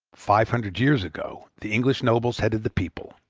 five hundred years ago the english nobles headed the people,